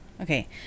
Okay